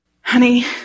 honey